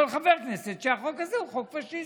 אבל חבר כנסת, שהחוק הזה הוא חוק פשיסטי.